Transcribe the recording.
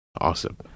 Awesome